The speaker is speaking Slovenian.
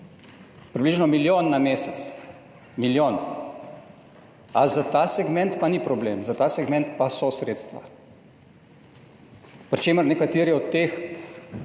Približno milijon na mesec! A za ta segment pa ni problem? Za ta segment pa so sredstva? Pri čemer nekateri od teh,